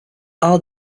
all